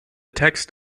text